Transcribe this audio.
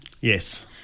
Yes